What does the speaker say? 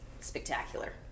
spectacular